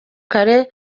kare